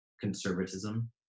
conservatism